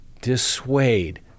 dissuade